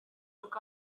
took